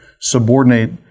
subordinate